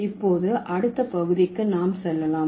இப்போது அடுத்த பகுதிக்கு நாம் செல்லலாம்